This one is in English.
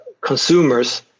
consumers